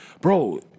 Bro